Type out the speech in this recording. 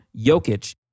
Jokic